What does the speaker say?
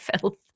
filth